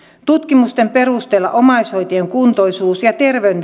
tutkimusten perusteella omaishoitajien kuntoisuus ja